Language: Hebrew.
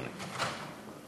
אדוני.